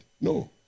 No